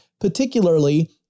particularly